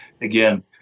again